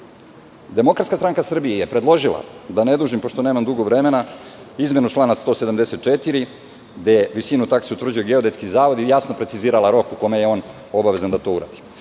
Kosovu. Demokratska stranka Srbije je predložila, da ne dužim, pošto nemam dugo vremena, izmenu člana 174. gde visinu taksi utvrđuju geodetski zavodi i jasno precizirala rok u kome je on obavezan da to uradi. Zaista